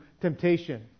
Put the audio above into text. temptation